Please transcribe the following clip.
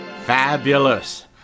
Fabulous